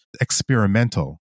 experimental